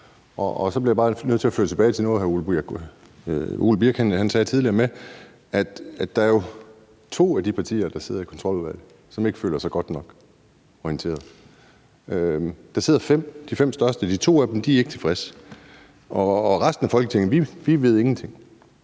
Så bliver jeg bare nødt til at føre det tilbage til noget af det, som hr. Ole Birk Olesen sagde tidligere, om, at der jo er to af de partier, der sidder i Kontroludvalget, som ikke føler sig godt nok orienteret. Der sidder de fem største partier, og de to af dem er ikke tilfredse, og i resten af Folketinget ved vi ingenting.